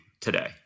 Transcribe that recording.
today